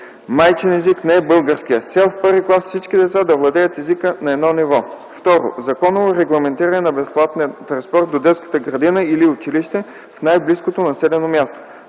майчин език не е българският, с цел в първи клас всички деца да владеят езика на едно ниво. 2. Законово регламентиране на безплатен транспорт до детската градина или училище в най-близкото населено място.